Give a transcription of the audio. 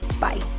Bye